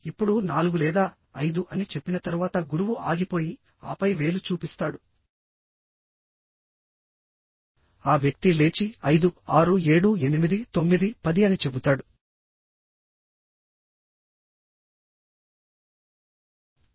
ఇప్పుడు నాలుగు లేదా ఐదు అని చెప్పిన తరువాత గురువు ఆగిపోయి ఆపై వేలు చూపిస్తాడుఆ వ్యక్తి లేచి ఐదు ఆరు ఏడుఎనిమిది తొమ్మిది పది అని చెబుతాడు